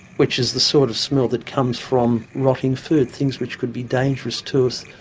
which is the sort of smell that comes from rotting food, things which could be dangerous to us.